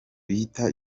bita